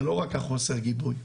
זה לא רק חוסר הגיבוי.